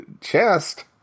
chest